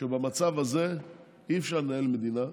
שבמצב הזה אי-אפשר לנהל מדינה,